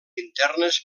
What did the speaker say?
internes